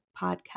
Podcast